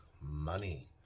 money